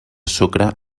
sucre